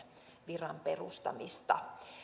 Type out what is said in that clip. viran perustamista